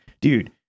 dude